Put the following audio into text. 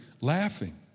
laughing